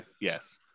yes